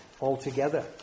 altogether